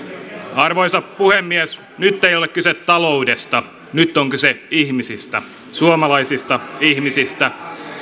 arvoisa puhemies nyt ei ole kyse taloudesta nyt on kyse ihmisistä suomalaisista ihmisistä